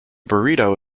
burrito